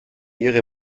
ihre